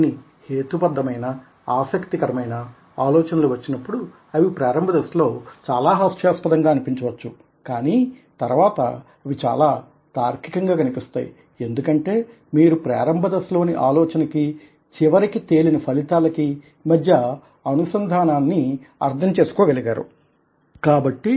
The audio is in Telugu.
కొన్ని హేతుబద్ధమైన నా ఆసక్తి కరమైన నా ఆలోచనలు వచ్చినప్పుడు అవి ప్రారంభ దశలో చాలా హాస్యాస్పదంగా అనిపించవచ్చు కానీ తరవాత అవి చాలా తార్కికంగా కనిపిస్తాయి ఎందుకంటే మీరు ప్రారంభదశలోని ఆలోచనకి చివరికి తేలిన ఫలితాలకి మధ్య అనుసంధానాన్ని అర్థం చేసుకోగలిగారు కాబట్టి